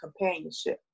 companionship